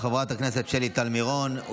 חברת הכנסת שלי טל מירון,